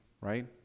right